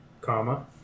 comma